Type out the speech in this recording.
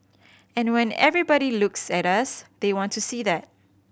and when everybody looks at us they want to see that